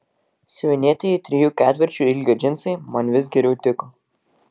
siuvinėtieji trijų ketvirčių ilgio džinsai man vis geriau tiko